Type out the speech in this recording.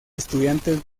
estudiantes